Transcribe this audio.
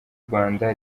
rwanda